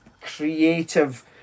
creative